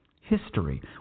History